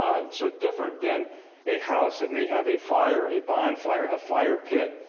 so different than a house that may have a fire, a bonfire, a fire pit.